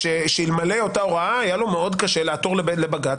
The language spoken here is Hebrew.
שאלמלא אותה ההוראה היה לו מאוד קשה לעתור לבג"ץ